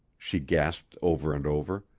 she gasped over and over.